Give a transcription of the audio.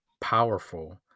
powerful